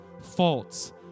faults